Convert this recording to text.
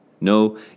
No